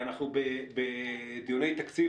אנחנו בדיוני תקציב,